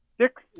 six